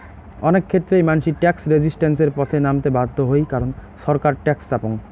অনেক ক্ষেত্রেই মানসি ট্যাক্স রেজিস্ট্যান্সের পথে নামতে বাধ্য হই কারণ ছরকার ট্যাক্স চাপং